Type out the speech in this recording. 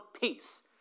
peace